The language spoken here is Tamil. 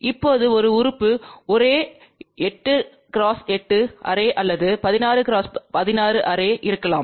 இப்போது ஒரு உறுப்பு அரே 8 x 8 அரே அல்லது 16 x 16 அரே இருக்கலாம்